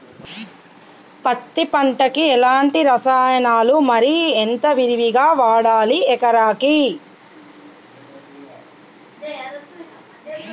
పత్తి పంటకు ఎలాంటి రసాయనాలు మరి ఎంత విరివిగా వాడాలి ఎకరాకి?